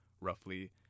roughly